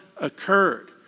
occurred